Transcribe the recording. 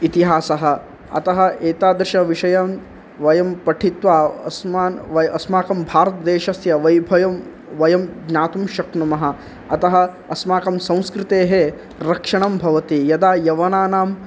इतिहासः अतः एतादृशविषयं वयं पठित्वा अस्मान् व अस्माकं भारतदेशस्य वैभवं वयं ज्ञातुं शक्नुमः अतः अस्माकं संस्कृतेः रक्षणं भवति यदा यवनानां